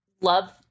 love